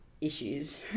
issues